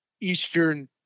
Eastern